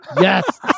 Yes